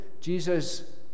Jesus